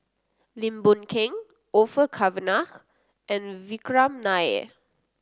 Lim Boon Keng Orfeur Cavenagh and Vikram Nair